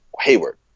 Hayward